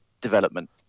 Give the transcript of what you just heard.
development